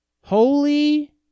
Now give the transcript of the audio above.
Holy